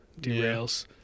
derails